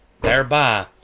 thereby